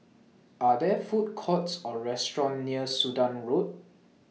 Are There Food Courts Or restaurants near Sudan Road